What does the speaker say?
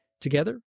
Together